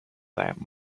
that